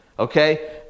Okay